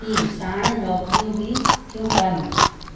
ही साणि नौकिरियूं बि थियूं कनि